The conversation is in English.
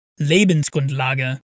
Lebensgrundlage